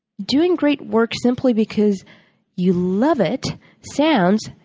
doing great work simply because you love it sounds,